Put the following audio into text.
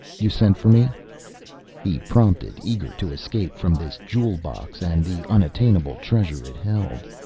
you sent for me he prompted, eager to escape from this jewel box and the unattainable treasure it held.